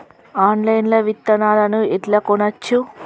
Online లా విత్తనాలను ఎట్లా కొనచ్చు?